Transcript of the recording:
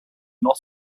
not